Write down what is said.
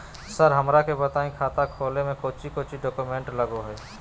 Sir हमरा के बताएं खाता खोले में कोच्चि कोच्चि डॉक्यूमेंट लगो है?